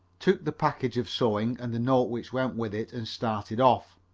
took the package of sewing and the note which went with it and started off.